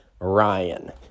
Ryan